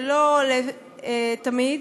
ולא לתמיד,